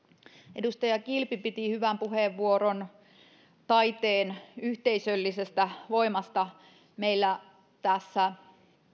edustaja kilpi piti hyvän puheenvuoron taiteen yhteisöllisestä voimasta meillä tässä